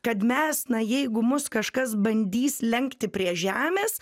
kad mes na jeigu mus kažkas bandys lenkti prie žemės